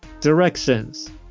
Directions